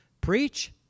Preach